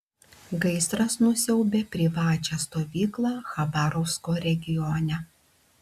gaisras nusiaubė privačią stovyklą chabarovsko regione